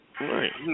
Right